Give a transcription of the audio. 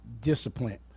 discipline